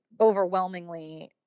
overwhelmingly